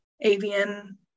avian